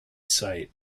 sight